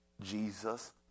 jesus